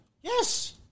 Yes